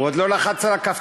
הוא עוד לא לחץ על הכפתור.